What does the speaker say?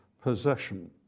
possession